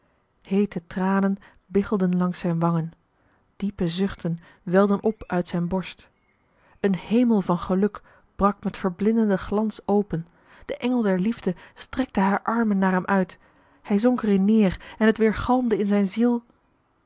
heete tranen biggelden langs zijn wangen diepe zuchten welden op uit zijn borst een hemel van geluk brak met verblindenden glans open de engel der liefde strekte haar armen naar hem uit hij zonk er in neer en het weergalmde in zijn ziel